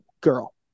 girl